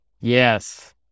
Yes